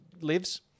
lives